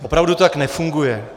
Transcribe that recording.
Opravdu to tak nefunguje.